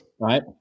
Right